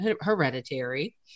hereditary